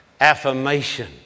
affirmation